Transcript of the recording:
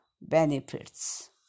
benefits